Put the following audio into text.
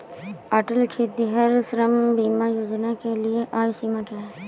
अटल खेतिहर श्रम बीमा योजना के लिए आयु सीमा क्या है?